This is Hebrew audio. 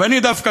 ואני דווקא,